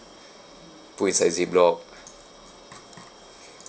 put inside ziploc